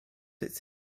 its